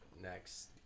next